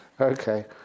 Okay